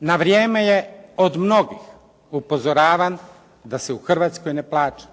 Na vrijeme je od mnogih upozoravan da se u Hrvatskoj ne plaća,